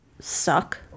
suck